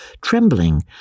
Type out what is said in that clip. trembling